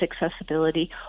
accessibility